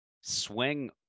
swing